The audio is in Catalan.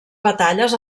batalles